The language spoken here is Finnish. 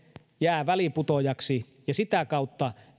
jää väliinputoajaksi ja sitä kautta